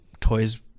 toys